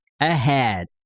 ahead